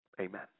Amen